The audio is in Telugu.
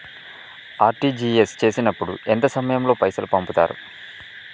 ఆర్.టి.జి.ఎస్ చేసినప్పుడు ఎంత సమయం లో పైసలు పంపుతరు?